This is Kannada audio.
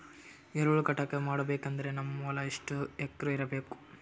ಎರೆಹುಳ ಘಟಕ ಮಾಡಬೇಕಂದ್ರೆ ನಮ್ಮ ಹೊಲ ಎಷ್ಟು ಎಕರ್ ಇರಬೇಕು?